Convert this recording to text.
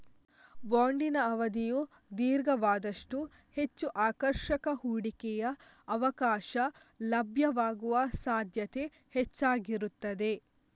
ಬಾಂಡಿನ ಅವಧಿಯು ದೀರ್ಘವಾದಷ್ಟೂ ಹೆಚ್ಚು ಆಕರ್ಷಕ ಹೂಡಿಕೆಯ ಅವಕಾಶ ಲಭ್ಯವಾಗುವ ಸಾಧ್ಯತೆ ಹೆಚ್ಚಾಗಿರುತ್ತದೆ